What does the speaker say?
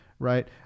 Right